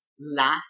last